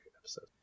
episode